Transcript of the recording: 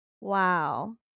Wow